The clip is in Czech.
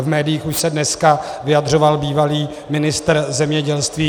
V médiích už se dneska vyjadřoval bývalý ministr zemědělství.